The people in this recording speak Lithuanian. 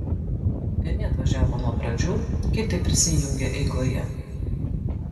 vieni atvažiavo nuo pradžių kiti prisijungė eigoje